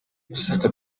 gusaka